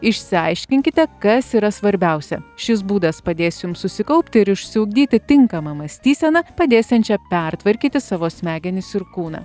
išsiaiškinkite kas yra svarbiausia šis būdas padės jums susikaupti ir išsiugdyti tinkamą mąstyseną padėsiančią pertvarkyti savo smegenis ir kūną